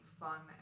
fun